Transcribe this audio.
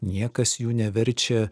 niekas jų neverčia